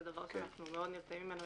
זה דבר שאנחנו מאוד נרתעים ממנו.